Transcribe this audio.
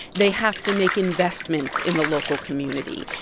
they have to make investments in the local community.